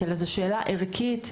עליתי על המכתזית,